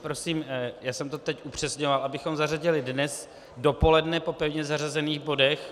Prosím, já jsem to teď upřesnil, abychom to zařadili dnes dopoledne po pevně zařazených bodech.